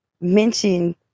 mentioned